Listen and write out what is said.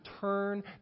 turn